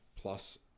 plus